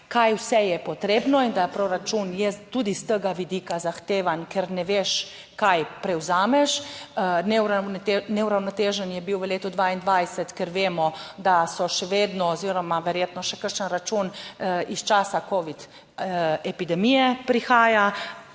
kaj vse je potrebno in da proračun je tudi s tega vidika zahteven, ker ne veš, kaj prevzameš. Neuravnotežen je bil v letu 2022, ker vemo, da so še vedno oziroma verjetno še kakšen račun iz časa covid epidemije prihaja,